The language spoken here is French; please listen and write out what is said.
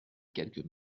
quelques